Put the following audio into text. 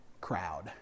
crowd